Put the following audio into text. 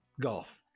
Golf